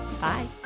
bye